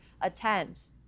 attend